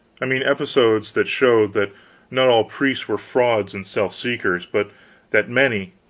i mean, episodes that showed that not all priests were frauds and self-seekers, but that many,